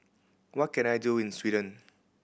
what can I do in Sweden